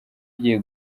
igiye